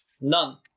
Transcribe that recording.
None